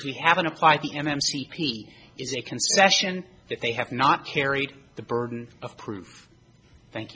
we haven't applied the m c p is a concession that they have not carried the burden of proof thank you